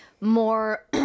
more